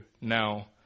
now